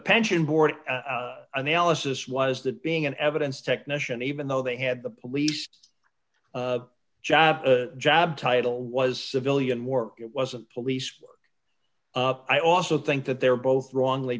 pension board analysis was that being an evidence technician even though they had the police job the job title was civilian work it wasn't police work i also think that they're both wrongly